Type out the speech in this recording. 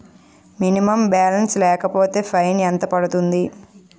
Minimum balance లేకపోతే fine ఎంత పడుతుంది?